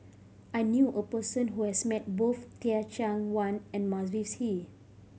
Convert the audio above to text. I knew a person who has met both Teh Cheang Wan and Mavis Hee